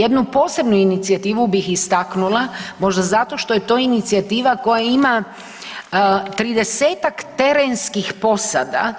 Jednu posebnu inicijativu bih istaknula, možda zašto što je to inicijativa koja ima 30-tak terenskih posada,